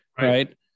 right